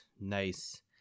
nice